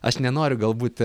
aš nenoriu galbūt